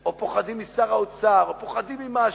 או פוחדים משר האוצר או פוחדים ממשהו,